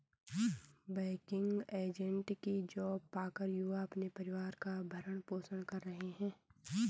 banking agent की job पाकर युवा अपने परिवार का भरण पोषण कर रहे है